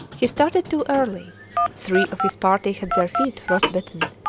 he started too early three of his party had their feet frostbitten,